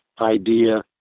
idea